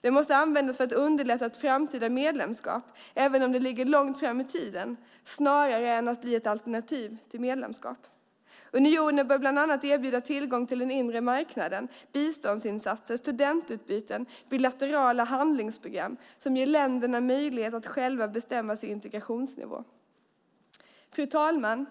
Den måste användas för att underlätta ett framtida medlemskap - även om det ligger långt fram i tiden - snarare än att bli ett alternativ till medlemskap. Unionen bör bland annat erbjuda tillgång till den inre marknaden, biståndsinsatser, studentutbyten och bilaterala handlingsprogram som ger länderna möjlighet att själva bestämma sin integrationsnivå. Fru talman!